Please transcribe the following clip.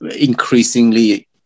increasingly